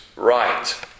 Right